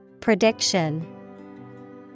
Prediction